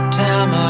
time